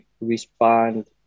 respond